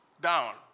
down